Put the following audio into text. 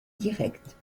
directe